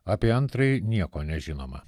apie antrąjį nieko nežinoma